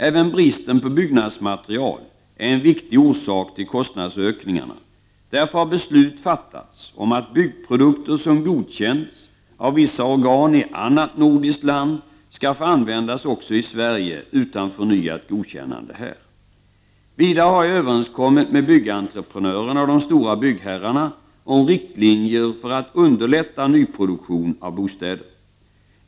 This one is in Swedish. Även bristen på byggnadsmaterial är en viktig orsak till kostnadsökningarna. Därför har beslut fattats om att byggprodukter som godkänts av vissa organ i annat nordiskt land skall få användas också i Sverige utan förnyat godkännande här. Vidare har jag överenskommit med byggentreprenörerna och de stora byggherrarna om riktlinjer för att underlätta nyproduktion av bostäder.